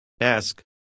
Ask